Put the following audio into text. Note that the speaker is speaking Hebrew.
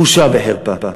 בושה וחרפה.